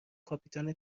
کاپیتان